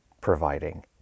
providing